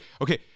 okay